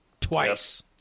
twice